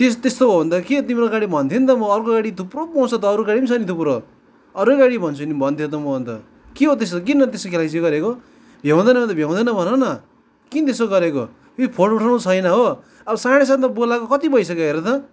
त्यस त्यस्तो हो भने त के तिम्रो गाडी भन्ने थिइनँ त म अर्को गाडी थुप्रो पाउँछ त अरू गाडी पनि छ नि थुप्रो अरू नै गाडी भन्छु नि भन्थेँ त म अन्त के हो त्यस्तो किन त्यस्तो खेलाइँची गरेको भ्याउँदैन भने त भ्याउँदिन भन न किन त्यस्तो गरेको कि फोन उठाउनु छैन हो अब साढे सातमा बोलाएको कति भइसक्यो हेर त